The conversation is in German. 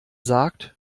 sagt